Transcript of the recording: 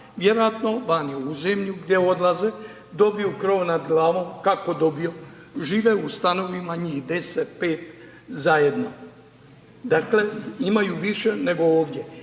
vjerojatno vani u zemlju gdje odlaze, dobiju krov nad glavom, kako dobiju?, žive u stanovima njih deset, pet zajedno. Dakle, imaju više nego ovdje